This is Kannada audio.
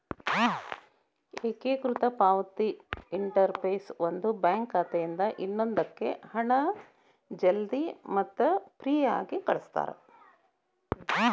ಏಕೇಕೃತ ಪಾವತಿ ಇಂಟರ್ಫೇಸ್ ಒಂದು ಬ್ಯಾಂಕ್ ಖಾತೆಯಿಂದ ಇನ್ನೊಂದಕ್ಕ ಹಣ ಜಲ್ದಿ ಮತ್ತ ಫ್ರೇಯಾಗಿ ಕಳಸ್ತಾರ